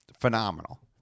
phenomenal